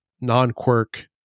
non-quirk